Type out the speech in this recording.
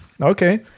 Okay